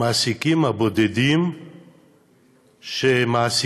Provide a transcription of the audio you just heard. המעסיקים הבודדים שמעסיקים